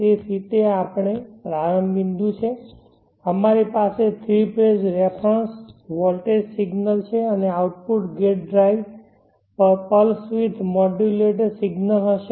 તેથી તે આપણો પ્રારંભ બિંદુ છે અમારી પાસે three phase reference voltage signals છે અને આઉટપુટ ગેટ ડ્રાઇવ પર પલ્સ વીડ્થ મોડુલેટેડ સિગ્નલ્સ હશે